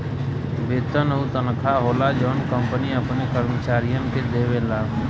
वेतन उ तनखा होला जौन कंपनी अपने कर्मचारियन के देवला